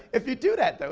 if you do that, though,